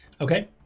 Okay